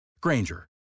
Granger